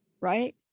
right